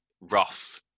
rough